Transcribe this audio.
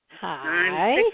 Hi